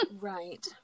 right